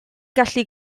gallu